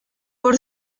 por